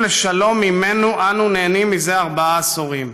לשלום שממנו אנו נהנים זה ארבעה עשורים.